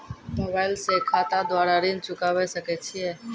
Mobile से खाता द्वारा ऋण चुकाबै सकय छियै?